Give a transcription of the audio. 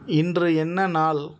இன்று என்ன நாள்